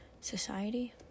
Society